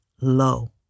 low